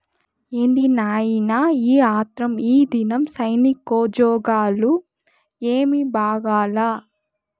ఏంది నాయినా ఈ ఆత్రం, ఈదినం సైనికోజ్జోగాలు ఏమీ బాగాలా